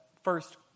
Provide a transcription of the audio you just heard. First